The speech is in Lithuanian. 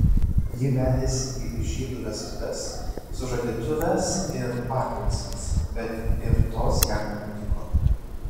ji vedėsi jį į žydų vestuves sužadėtuves ir bar micvas bet ir tos jam nepatiko